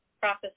process